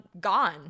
gone